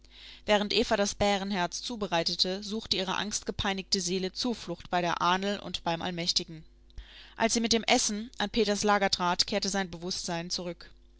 während eva das bärenherz zubereitete suchte ihre angstgepeinigte seele zuflucht bei der ahnl und beim allmächtigen als sie mit dem essen an peters lager trat kehrte sein bewußtsein zurück